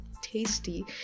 tasty